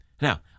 Now